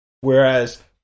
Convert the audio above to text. whereas